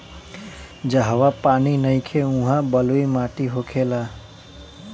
जहवा पानी नइखे उहा बलुई माटी होखेला